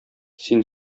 син